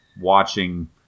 watching